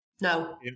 no